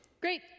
Great